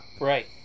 Right